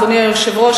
אדוני היושב-ראש,